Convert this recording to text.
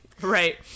right